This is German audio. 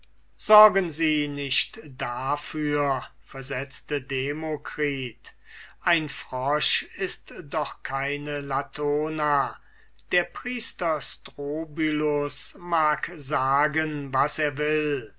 sorgen sie nicht dafür versetzte demokritus ein frosch ist doch keine diana der priester strobylus mag sagen was er will